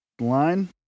Line